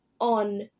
on